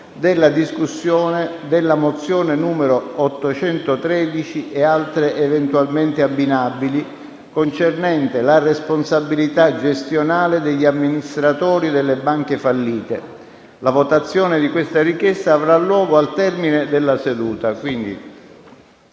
della discussione della mozione n. 813, e altre eventualmente abbinabili, concernente la responsabilità gestionale degli amministratori delle banche fallite. La votazione di questa richiesta avrà luogo al termine della seduta.